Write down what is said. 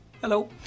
Hello